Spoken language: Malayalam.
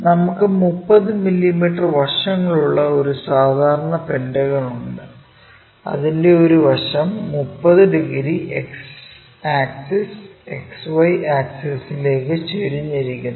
നമുക്ക് 30 മില്ലീമീറ്റർ വശങ്ങളുള്ള ഒരു സാധാരണ പെന്റഗൺ ഉണ്ട് അതിന്റെ ഒരു വശം 30 ഡിഗ്രി X ആക്സിസ് XY ആക്സിസിലേക്ക് ചരിഞ്ഞിരിക്കുന്നു